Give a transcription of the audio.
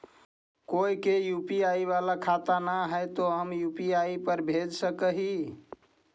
कोय के यु.पी.आई बाला खाता न है तो हम यु.पी.आई पर भेज सक ही?